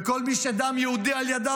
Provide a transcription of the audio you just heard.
וכל מי שדם יהודי על ידיו,